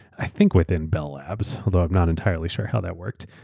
i think within bell labs, although i'm not entirely sure how that worked.